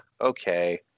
Okay